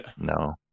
no